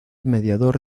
mediador